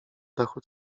dachu